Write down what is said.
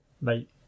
Mate